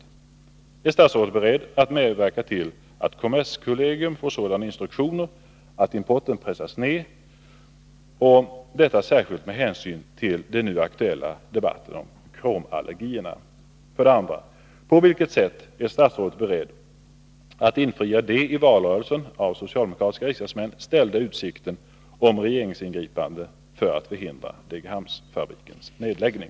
För det första: Är statsrådet beredd att medverka till att kommerskollegium får sådana instruktioner att importen pressas ner, detta särskilt med hänsyn till den nu aktuella debatten om kromallergierna? För det andra: På vilket sätt är statsrådet beredd att infria de i valrörelsen av socialdemokratiska riksdagsmän ställda utsikterna om ett regeringsingripande för att förhindra Degerhamnsfabrikens nedläggning?